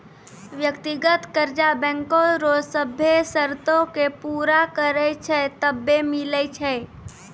व्यक्तिगत कर्जा बैंको रो सभ्भे सरतो के पूरा करै छै तबै मिलै छै